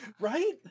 Right